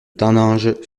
taninges